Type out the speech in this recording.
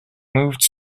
moved